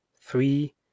three